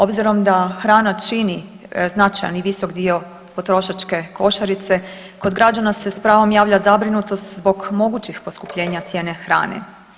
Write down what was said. Obzirom da hrana čini značajan i visok dio potrošačke košarice kod građana se s pravom javlja zabrinutost zbog mogućih poskupljenja cijene hrane.